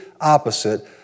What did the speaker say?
opposite